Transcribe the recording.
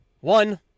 one